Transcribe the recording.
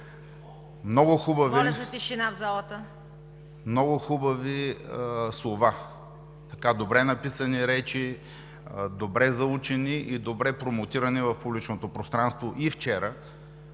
Много хубави слова, добре написани речи, добре заучени и добре промотирани в публичното пространство – и вчера